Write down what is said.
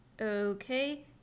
okay